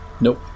Nope